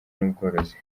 n’ubworozi